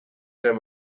them